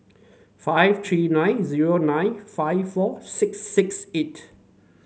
five three nine zero nine five four six six eight